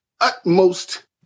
utmost